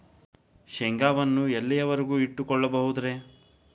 ಶೇಂಗಾವನ್ನು ಎಲ್ಲಿಯವರೆಗೂ ಇಟ್ಟು ಕೊಳ್ಳಬಹುದು ರೇ?